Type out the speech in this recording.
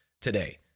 today